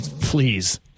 please